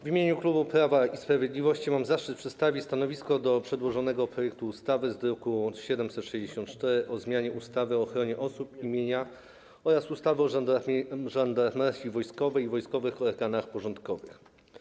W imieniu klubu Prawa i Sprawiedliwości mam zaszczyt przedstawić stanowisko odnośnie do przedłożonego projektu ustawy z druku nr 764 o zmianie ustawy o ochronie osób i mienia oraz ustawy o Żandarmerii Wojskowej i wojskowych organach porządkowych.